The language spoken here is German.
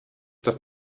dass